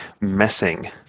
messing